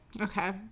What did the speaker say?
okay